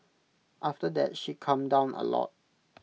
after that she calmed down A lot